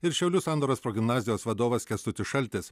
ir šiaulių sandoros progimnazijos vadovas kęstutis šaltis